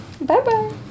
Bye-bye